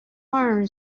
learn